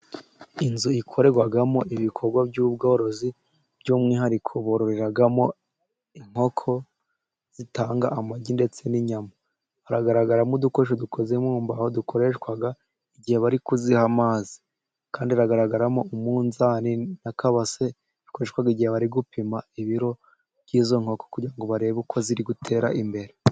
Inzu ikorerwamo ibikorwa by'ubworozi, by'umwihariko bororeramo inkoko zitanga amagi ndetse n'inyama. Hagaragaramo udukosho dukoze mu mbaho dukoreshwa igihe bari kuziha amazi. Kandi hagaragaramo umunzani n'akabase bikoreshwa igihe bari gupima ibiro by'izo nkoko, kugira ngo barebe uko ziri gutera imbere.